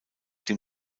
dem